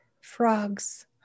frogs